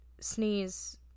sneeze